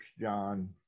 John